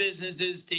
businesses